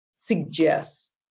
suggests